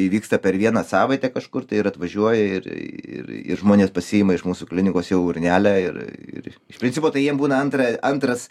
įvyksta per vieną savaitę kažkur tai ir atvažiuoja ir ir žmonės pasiima iš mūsų klinikos jau urnelę ir iš principo tai jiem būna antra antras